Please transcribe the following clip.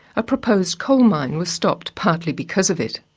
a proposed coal mine was stopped partly because of it.